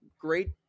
great